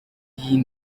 y’iyi